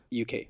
UK